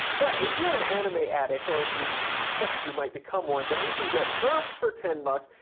but if you're an anime addict, or if you suspect you might become one, then you can get vrv for ten bucks,